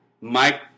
Mike